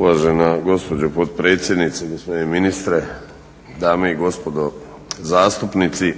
Uvažena gospođo potpredsjednice, gospodine ministre, dame i gospodo zastupnici.